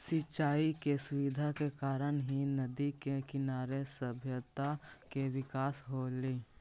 सिंचाई के सुविधा के कारण ही नदि के किनारे सभ्यता के विकास होलइ